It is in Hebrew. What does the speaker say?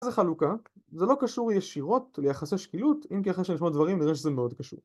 מה זה חלוקה? זה לא קשור ישירות ליחס השקילות אם כי אחרי שנשמעות דברים נראה שזה מאוד קשור